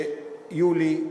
שיולי,